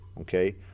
okay